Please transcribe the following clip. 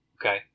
okay